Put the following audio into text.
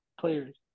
players